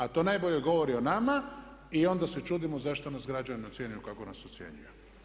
A to najbolje govori o nama i onda se čudimo zašto nas građani ocjenjuju kako nas ocjenjuju.